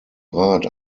rat